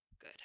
Good